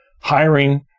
hiring